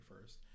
first